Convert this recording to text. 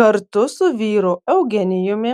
kartu su vyru eugenijumi